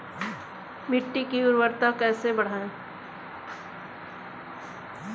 मिट्टी की उर्वरता कैसे बढ़ाएँ?